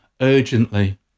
urgently